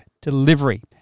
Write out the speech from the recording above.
Delivery